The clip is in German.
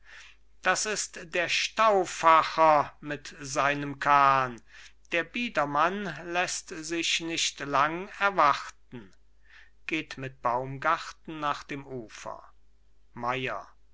das ist der stauffacher mit seinem kahn der biedermann lässt sich nicht lang erwarten geht mit baumgarten nach dem ufer